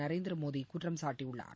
நரேந்திர மோடி குற்றம் சாட்டியுள்ளார்